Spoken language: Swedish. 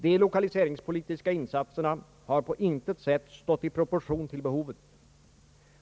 De lokaliseringspolitiska insatserna har på intet sätt stått i proportion till behovet.